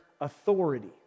authority